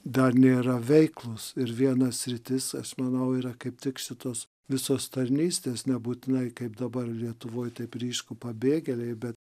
dar nėra veiklūs ir viena sritis aš manau yra kaip tik šitos visos tarnystės nebūtinai kaip dabar lietuvoj taip ryšku pabėgėliai bet